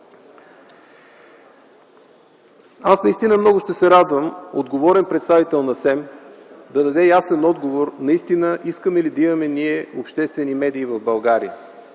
Аз наистина много ще се радвам отговорен представител на СЕМ да даде ясен отговор наистина ли искаме да имаме обществени медии в България